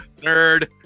Nerd